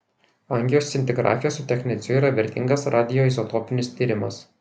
angioscintigrafija su techneciu yra vertingas radioizotopinis tyrimas